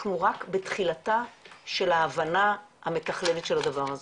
רק בתחילתה של ההבנה המתכללת של הדבר הזה.